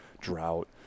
drought